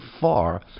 far